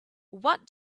what